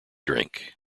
drink